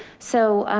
so